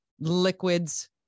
liquids